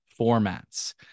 formats